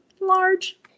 large